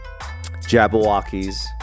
Jabberwockies